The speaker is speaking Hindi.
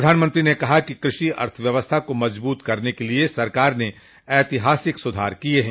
प्रधानमंत्री ने कहा कि कृषि अर्थव्यवस्था को मजबूत करने के लिए सरकार ने ऐतिहासिक सुधार किए हैं